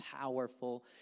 powerful